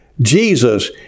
Jesus